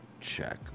check